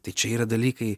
tai čia yra dalykai